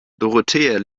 dorothea